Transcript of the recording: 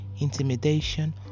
intimidation